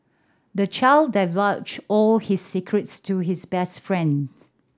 the child divulged all his secrets to his best friend